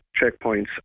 checkpoints